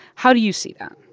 how do you see that?